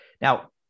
Now